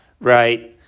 right